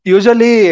Usually